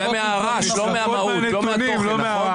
זה מהרעש, לא מהמהות, לא מהתוכן, נכון?